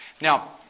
Now